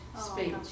speech